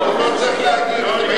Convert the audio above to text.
הוא לא צריך להגיב.